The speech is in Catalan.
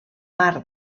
mar